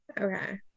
Okay